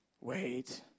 wait